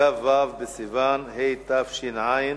כי הונחה היום על שולחן הכנסת החלטת ועדת האתיקה בעניין